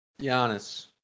Giannis